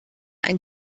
ein